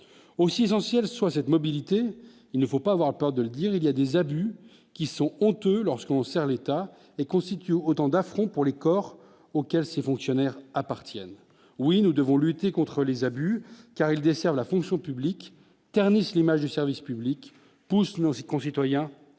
aussi essentielle soit cette mobilité, il ne faut pas avoir peur de dire il y a des abus qui sont honteuses lorsqu'on sert l'État et constituent autant d'affront pour les corps auquel ces fonctionnaires appartiennent oui nous devons lutter contre les abus, car il dessert la fonction publique ternissent l'image du service public pousse non ses concitoyens